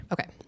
Okay